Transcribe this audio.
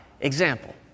example